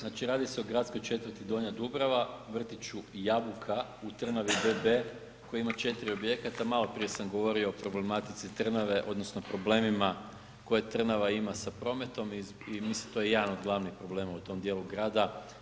Znači radi se o gradskoj četvrti Donja Dubrava, Vrtiću Jabuka u Trnavi bb koji ima 4 objekata, maloprije sam govorio o problematici Trnave, odnosno problemima koje Trnava ima sa prometom i mislim, to je jedan od glavnih problema u tom dijelu gradu.